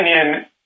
opinion